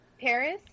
Paris